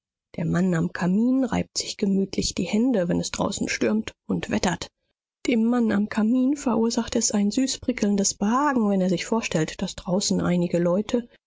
der mann am kamin reibt sich gemütlich die hände wenn es draußen stürmt und wettert dem mann am kamin verursacht es ein süßprickelndes behagen wenn er sich vorstellt daß draußen einige leute